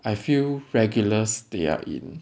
I feel regulars they're in